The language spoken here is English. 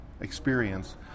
experience